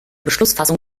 beschlussfassung